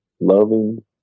loving